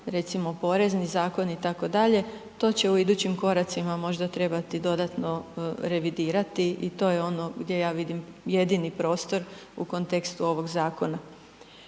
Recimo Porezni zakon itd., to će u idućim koracima možda trebati dodatno revidirati i to je ono gdje ja vidim jedini prostor u kontekstu ovoga zakona.